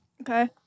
Okay